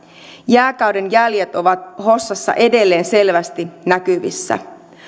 jääkauden jäljet ovat hossassa edelleen selvästi näkyvissä